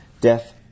Death